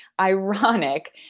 ironic